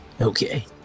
Okay